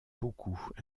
beaucoup